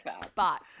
spot